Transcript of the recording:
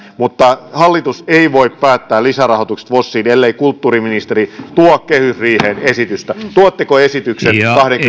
mutta hallitus ei voi päättää lisärahoituksesta vosiin ellei kulttuuriministeri tuo kehysriiheen esitystä tuotteko esityksen kahdenkymmenen